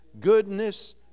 goodness